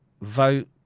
vote